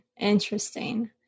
interesting